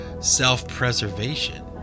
self-preservation